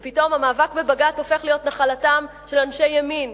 ופתאום המאבק בבג"ץ הופך להיות נחלתם של אנשי ימין,